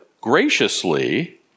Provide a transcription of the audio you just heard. graciously